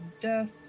death